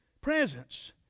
presence